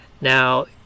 now